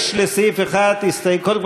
קודם כול,